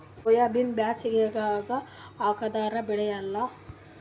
ಸೋಯಾಬಿನ ಬ್ಯಾಸಗ್ಯಾಗ ಹಾಕದರ ಬೆಳಿಯಲ್ಲಾ?